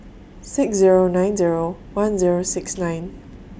six Zero nine Zero one Zero six nine